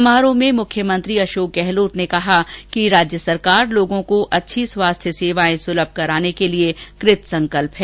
समारोह में मुख्यमंत्री अर्शोक गहलोत ने कहा कि सरकार लोगों को अच्छी स्वास्थ्य सेवाएं सुलभ कराने के लिए कृत संकल्य है